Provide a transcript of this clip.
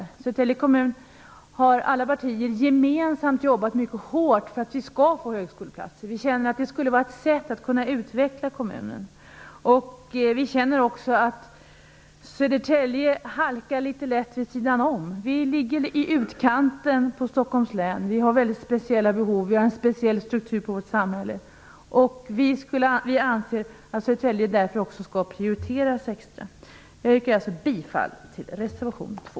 I Södertälje kommun har alla partier gemensamt jobbat mycket hårt för att vi skall få högskoleplatser. Vi känner att det skulle vara ett sätt att kunna utveckla kommunen. Vi känner också att Södertälje halkar litet lätt vid sidan om. Vi ligger i utkanten av Stockholms län. Vi har mycket speciella behov. Vi har en speciell struktur på vårt samhälle. Vi anser att Södertälje därför skall prioriteras extra. Jag yrkar alltså bifall till reservation 2.